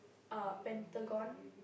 uh Pentagon